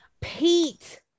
Pete